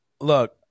Look